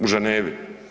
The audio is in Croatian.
U Ženevi?